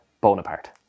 Bonaparte